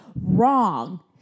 Wrong